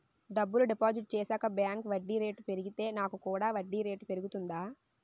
డబ్బులు డిపాజిట్ చేశాక బ్యాంక్ వడ్డీ రేటు పెరిగితే నాకు కూడా వడ్డీ రేటు పెరుగుతుందా?